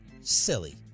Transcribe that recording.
silly